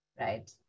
Right